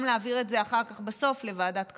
להעביר את זה אחר כך בסוף לוועדת כספים.